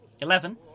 Eleven